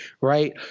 Right